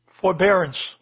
forbearance